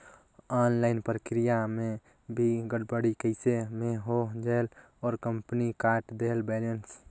Online प्रक्रिया मे भी गड़बड़ी कइसे मे हो जायेल और कंपनी काट देहेल बैलेंस?